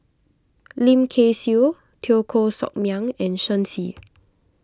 Lim Kay Siu Teo Koh Sock Miang and Shen Xi